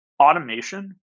automation